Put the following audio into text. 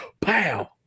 Pow